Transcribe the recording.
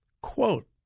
quote